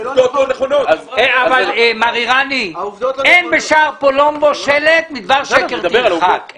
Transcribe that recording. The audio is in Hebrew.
אין בשער פולומבו שלט האומר מדבר שקר תרחק.